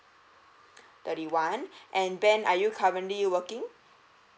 thirty one and ben are you currently working